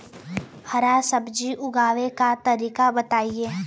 हरा सब्जी उगाव का तरीका बताई?